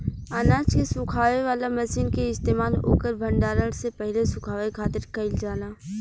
अनाज के सुखावे वाला मशीन के इस्तेमाल ओकर भण्डारण से पहिले सुखावे खातिर कईल जाला